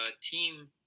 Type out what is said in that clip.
team